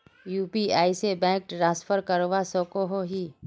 UPI से bank transfer करवा सकोहो ही?